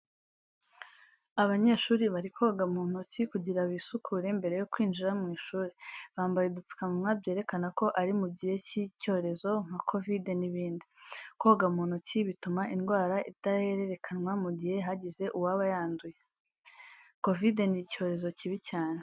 Abanyeshuri bari koga mu ntoki kugira bisukure mbere yo kwinjira mu shuri, bambaye udupfukamunwa byerekana ko ari mu gihe cy'icyorezo nka kovidi n'ibindi. Koga mu ntoki bituma indwara idahererekanwa mu gihe hagize uwaba yanduye. Kovidi ni icyorezo kibi cyane.